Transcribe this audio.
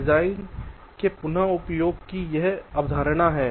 design के पुन उपयोग की एक अवधारणा है